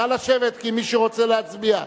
נא לשבת, כי מי שרוצה להצביע,